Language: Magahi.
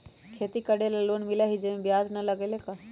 खेती करे ला लोन मिलहई जे में ब्याज न लगेला का?